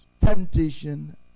temptation